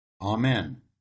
Amen